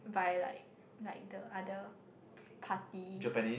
by like like the other party